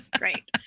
Right